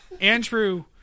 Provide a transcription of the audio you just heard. Andrew